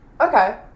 Okay